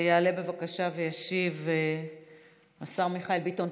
בבקשה, יעלה וישיב השר מיכאל ביטון.